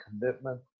commitment